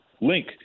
link